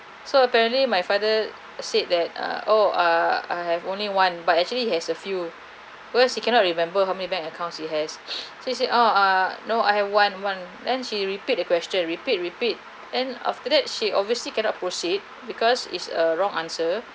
so apparently my father said that uh or err I have only one but actually he has a few because he cannot remember how many bank accounts he has so he said oh ah no I have one one then she repeat the question repeat repeat then after that she obviously cannot proceed because is a wrong answer